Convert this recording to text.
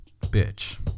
bitch